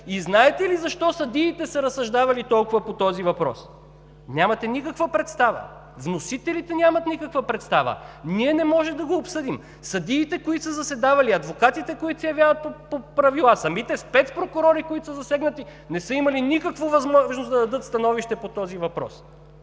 И знаете ли защо съдиите са разсъждавали толкова по този въпрос? Нямате никаква представа! Вносителите нямат никаква представа! Ние не можем да го обсъдим! Съдиите, които са заседавали, адвокатите, които се явяват по тези правила, самите спецпрокурори, които са засегнати, не са имали никаква възможност да дадат становище по този въпрос.